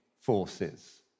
forces